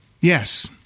Yes